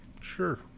Sure